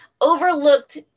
overlooked